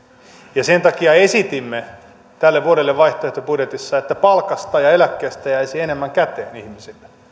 ja sen takia esitimme tällä vuodelle vaihtoehtobudjetissa että palkasta ja eläkkeestä jäisi enemmän käteen ihmisille